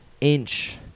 inch –